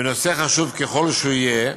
בנושא חשוב ככל שיהיה,